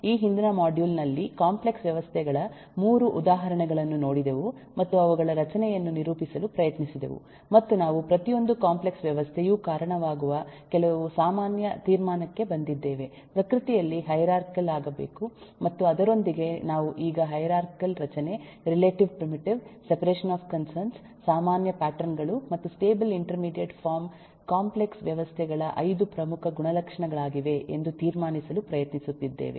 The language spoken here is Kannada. ಈ ಹಿಂದಿನ ಮಾಡ್ಯೂಲ್ನಲ್ಲಿ ಕಾಂಪ್ಲೆಕ್ಸ್ ವ್ಯವಸ್ಥೆಗಳ ಮೂರು ಉದಾಹರಣೆಗಳನ್ನು ನೋಡಿದೆವು ಮತ್ತು ಅವುಗಳ ರಚನೆಯನ್ನು ನಿರೂಪಿಸಲು ಪ್ರಯತ್ನಿಸಿದೆವು ಮತ್ತು ನಾವು ಪ್ರತಿಯೊಂದು ಕಾಂಪ್ಲೆಕ್ಸ್ ವ್ಯವಸ್ಥೆಯೂ ಕಾರಣವಾಗುವ ಕೆಲವು ಸಾಮಾನ್ಯ ತೀರ್ಮಾನಕ್ಕೆ ಬಂದಿದ್ದೇವೆ ಪ್ರಕೃತಿಯಲ್ಲಿ ಹೈರಾರ್ಚಿಕಲ್ ವಾಗಬೇಕು ಮತ್ತು ಅದರೊಂದಿಗೆ ನಾವು ಈಗ ಹೈರಾರ್ಚಿಕಲ್ ರಚನೆ relative primitive separation of concerns ಸಾಮಾನ್ಯ ಪ್ಯಾಟರ್ನ್ ಗಳು ಮತ್ತು ಸ್ಟೇಬಲ್ ಇಂಟರ್ಮೀಡಿಯೇಟ್ ಫಾರಂ ಕಾಂಪ್ಲೆಕ್ಸ್ ವ್ಯವಸ್ಥೆಗಳ 5 ಪ್ರಮುಖ ಗುಣಲಕ್ಷಣಗಳಾಗಿವೆ ಎಂದು ತೀರ್ಮಾನಿಸಲು ಪ್ರಯತ್ನಿಸುತ್ತಿದ್ದೇವೆ